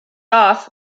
off